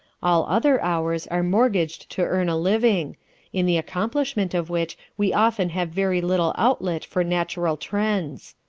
all other hours are mortgaged to earning a living in the accomplishment of which we often have very little outlet for natural trends.